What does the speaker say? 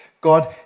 God